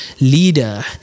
leader